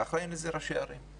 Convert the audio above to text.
האחראים לזה הם ראשי הערים,